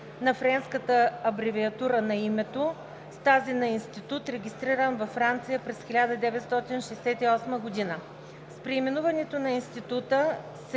на френската абревиатура на името c тази на институт, регистриран във Франция през 1968 г. (Силен шум.) C преименуването на Института се